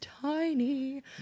tiny